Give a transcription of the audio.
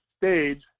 stage